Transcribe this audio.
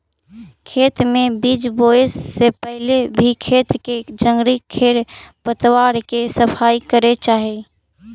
खेत में बीज बोए से पहले भी खेत के जंगली खेर पतवार के सफाई करे चाही